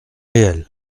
réelle